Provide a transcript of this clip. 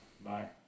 Bye